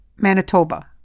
manitoba